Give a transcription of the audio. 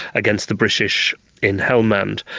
against the british in helmand,